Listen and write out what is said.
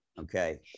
Okay